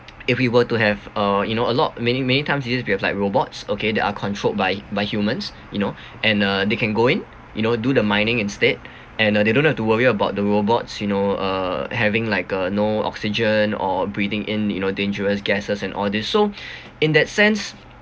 if we were to have uh you know a lot many many times we have like robots okay that are controlled by by humans you know and uh they can go in you know do the mining instead and uh they don't have to worry about the robots you know uh having like uh no oxygen or breathing in you know dangerous gases and all these so in that sense